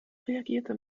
reagierte